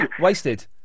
Wasted